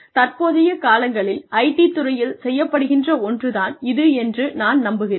தற்போதைய காலங்களில் IT துறையில் செய்யப்படுகின்ற ஒன்று தான் இது என்று நான் நம்புகிறேன்